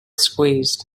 squeezed